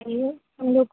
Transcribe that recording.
hello ہم لوگ